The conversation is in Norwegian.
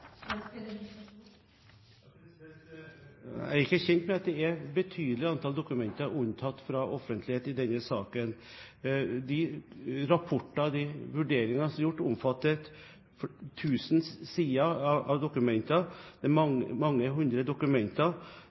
Jeg er ikke kjent med at det er et betydelig antall dokumenter som er unntatt fra offentlighet i denne saken. De rapporter, de vurderinger som er gjort, omfatter tusen sider dokumenter – det er mange hundre dokumenter.